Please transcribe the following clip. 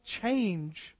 change